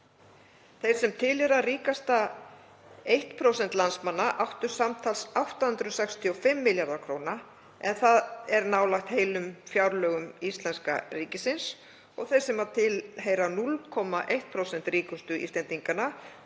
Þeir sem tilheyra ríkasta 1% landsmanna áttu samtals 865 milljarða kr. en það er nálægt heilum fjárlögum íslenska ríkisins og þeir sem tilheyra 0,1% ríkustu Íslendinganna